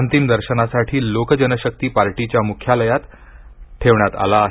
अंतिम दर्शनासाठी लोक जनशक्ती पार्टीच्या मुख्यालयात ठेवण्यात आला आहे